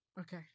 okay